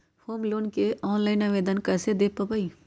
Home loan के online आवेदन कैसे दें पवई?